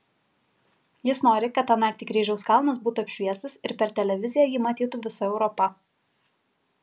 jis nori kad tą naktį kryžiaus kalnas būtų apšviestas ir per televiziją jį matytų visa europa